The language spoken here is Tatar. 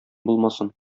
булмасын